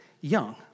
young